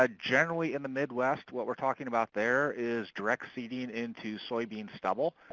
ah generally in the midwest, what we're talking about there is direct seeding into soybean stubble,